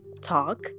talk